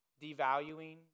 devaluing